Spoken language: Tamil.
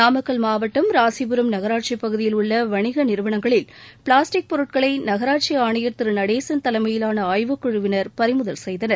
நாமக்கல் மாவட்டம் ராசிபுரம் நகராட்சிப் பகுதியில் உள்ள வணிக நிறுவனங்களில் பிளாஸ்டிக் பொருட்களை நகராட்சி தலைமையிலான ஆய்வுக்குழுவினர் பறிமுதல் செய்தனர்